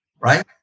right